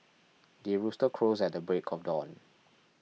the rooster crows at the break of dawn